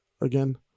again